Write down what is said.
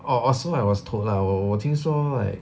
orh also I was told lah 我我听说 like